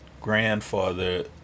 grandfather